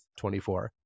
24